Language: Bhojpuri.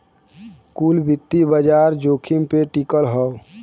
कुल वित्तीय बाजार जोखिम पे टिकल हौ